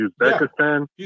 Uzbekistan